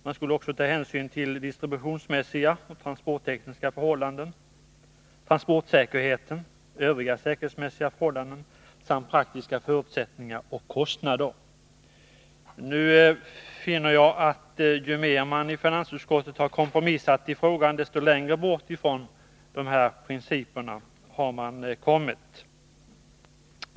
Man skulle också ta hänsyn till distributionsmässiga och transporttekniska förhållanden, transportsäkerheten, övriga säkerhetsmässiga förhållanden samt praktiska förutsättningar och kostnader. Nu finner jag att ju mer man i finansutskottet har kompromissat i frågan, desto längre bort från dessa principer har man kommit.